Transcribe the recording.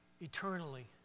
eternally